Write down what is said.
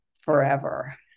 forever